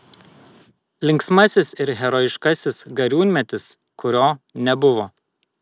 linksmasis ir herojiškasis gariūnmetis kurio nebuvo